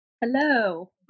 Hello